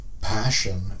passion